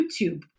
YouTube